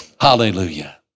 Hallelujah